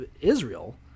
Israel